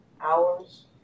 hours